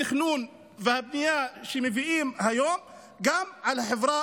התכנון והבנייה שמביאים היום גם על החברה